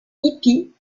hippie